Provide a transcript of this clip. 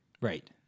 Right